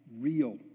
real